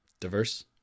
Diverse